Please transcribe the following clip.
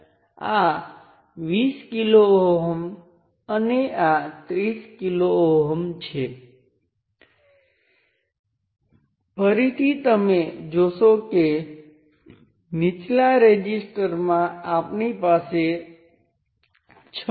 તેથી આ કેસ સ્પષ્ટપણે આ બે કેસોનો સુપર પોઝિશન છે કારણ કે આ કિસ્સામાં આપણી પાસે I1 છે